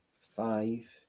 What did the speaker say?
five